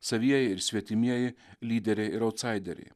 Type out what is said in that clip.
savieji ir svetimieji lyderiai ir autsaideriai